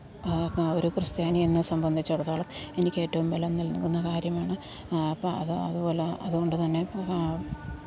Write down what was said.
ഒരു ക്രിസ്ത്യാനി എന്നെ സംബന്ധിച്ചിടത്തോളം എനിക്ക് ഏറ്റവും ബലം നൽകുന്ന കാര്യമാണ് അപ്പം അതുപോലെ അതുകൊണ്ടുതന്നെ